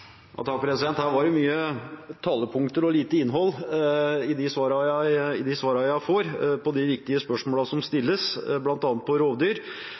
Her var det mange talepunkter og lite innhold – i de svarene jeg får på de viktige spørsmålene som stilles, bl.a. om rovdyr.